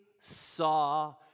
saw